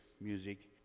music